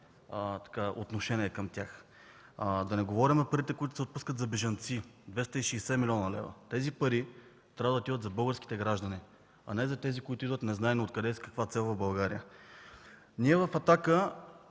отношение към тях. Да не говорим за парите, които се отпускат за бежанци – 260 млн. лв. Те трябва да отиват за българските граждани, а не за тези, които идват незнайно откъде и с каква цел в България. Ние от „Атака”